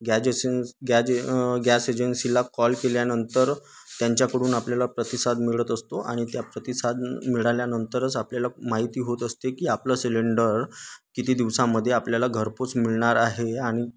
guys एस गॅज gas एजन्सीला कॉल केल्यानंतर त्यांच्याकडून आपल्याला प्रतिसाद मिळत असतो आणि त्या प्रतिसाद मिळाल्यानंतरच आपल्याला माहिती होत असते की आपलं सिलेंडर किती दिवसामध्ये आपल्याला घरपोच मिळणार आहे आणि